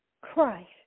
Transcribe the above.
Christ